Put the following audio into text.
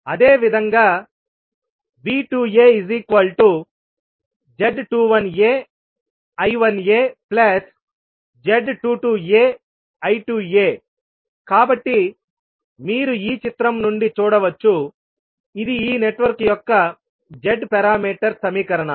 అదేవిధంగాV2az21aI1az22aI2a కాబట్టి మీరు ఈ చిత్రం నుండి చూడవచ్చు ఇది ఈ నెట్వర్క్ యొక్క Z పారామీటర్ సమీకరణాలు